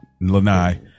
lanai